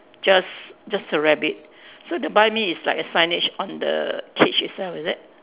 just just a rabbit so the buy me is like a signage on the cage itself is it